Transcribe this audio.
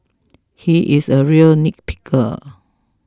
he is a real nitpicker